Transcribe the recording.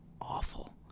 awful